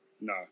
No